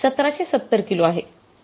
ते १७७० किलो आहे